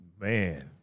Man